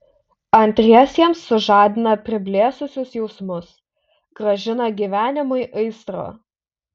antriesiems sužadina priblėsusius jausmus grąžina gyvenimui aistrą